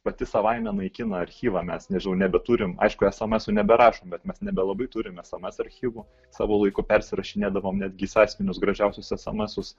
pati savaime naikina archyvą mes nežinau nebeturim aišku esamesų neberašom bet mes nebelabai turim sms archyvų savo laiku persirašinėdavom netgi į sąsiuvinius gražiausius esemesus